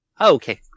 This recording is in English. okay